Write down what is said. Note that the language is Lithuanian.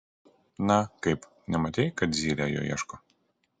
na kaip nematei kad zylė jo ieško